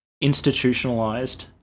institutionalized